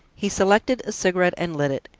he selected a cigarette and lit it,